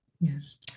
Yes